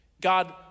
God